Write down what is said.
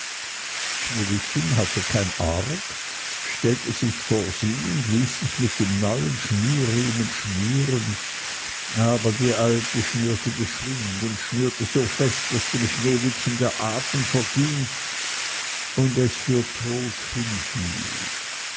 sneewittchen hatte kein arg stellte sich vor sie und ließ sich mit dem neuen schnürriemen schnüren aber die alte schnürte geschwind und schnürte so fest daß dem sneewittchen der atem verging und es für tot